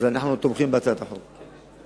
אנחנו תומכים בהצעת החוק.